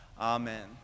Amen